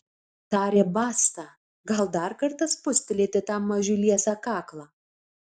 tarė basta gal dar kartą spustelėti tam mažiui liesą kaklą